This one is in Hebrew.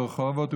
ברחובות,